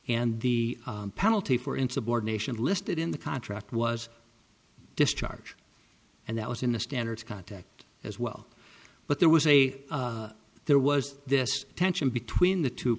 and the penalty for insubordination listed in the contract was discharge and that was in the standard contact as well but there was a there was this tension between the two